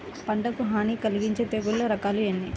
పంటకు హాని కలిగించే తెగుళ్ల రకాలు ఎన్ని?